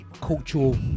cultural